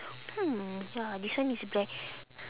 hmm ya this one is black